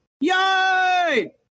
Yay